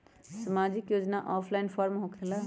समाजिक योजना offline form होकेला?